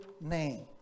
name